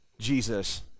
Jesus